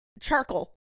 Charcoal